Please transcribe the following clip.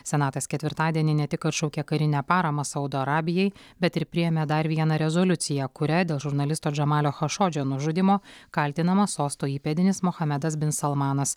senatas ketvirtadienį ne tik atšaukė karinę paramą saudo arabijai bet ir priėmė dar vieną rezoliuciją kuria dėl žurnalisto džamalio chašodžio nužudymo kaltinamas sosto įpėdinis mohamedas bin salmanas